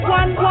one